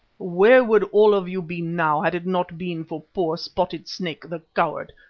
where would all of you be now had it not been for poor spotted snake the coward,